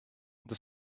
the